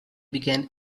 began